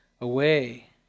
away